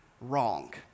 Wrong